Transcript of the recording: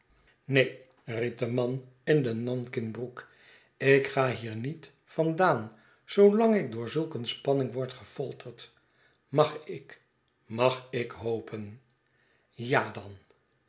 neen riep de man in de nanking broek ik ga hier niet van daan zoo lang ik door zulk een spanning word gefolterd mag ik mag ik hopen ja dan